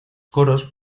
coros